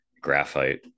graphite